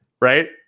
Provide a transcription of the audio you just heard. Right